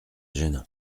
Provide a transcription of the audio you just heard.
gênant